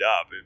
up